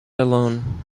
alone